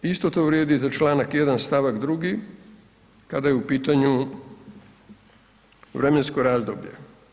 Isto to vrijedi i za čl. 1. stavak 2 kada je u pitanju vremensko razdoblje.